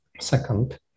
Second